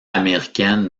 américaine